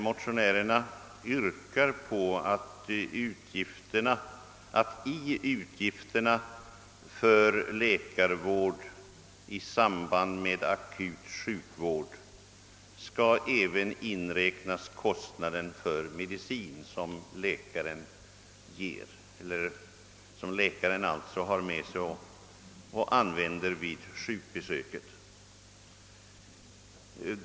Motionärerna yrkar att i utgifterna för läkarvård i samband med akut sjukdom även skall inräknas kostnaden för medicin som läkaren har med sig och använder vid sjukbesöket.